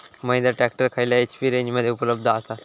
Mahindra tractor खयल्या HP रेंजमध्ये उपलब्ध आसा?